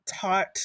taught